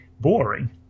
boring